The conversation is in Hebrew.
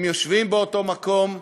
הם יושבים באותו מקום,